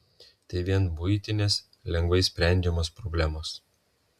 tai vien buitinės lengvai išsprendžiamos problemos